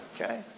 Okay